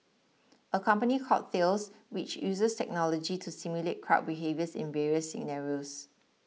a company called Thales which uses technology to simulate crowd behaviours in various scenarios